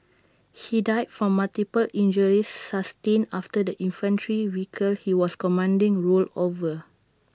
he died from multiple injuries sustained after the infantry vehicle he was commanding rolled over